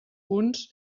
punts